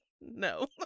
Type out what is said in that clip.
no